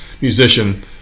musician